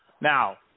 Now